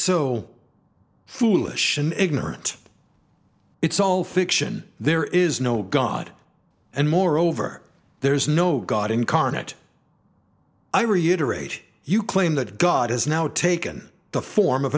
so foolish and ignorant it's all fiction there is no god and moreover there is no god incarnate i reiterate you claim that god has now taken the form of